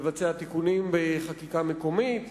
לבצע תיקונים בחקיקה מקומית.